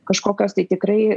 kažkokios tai tikrai